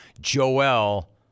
Joel